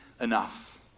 enough